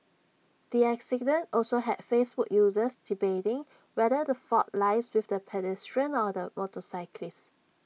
the accident also had Facebook users debating whether the fault lies with the pedestrian or the motorcyclist